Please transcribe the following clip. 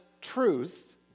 truth